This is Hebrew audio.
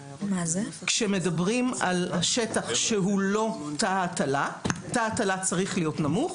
כאשר מדברים על השטח שהוא לא תא הטלה - תא הטלה צריך להיות נמוך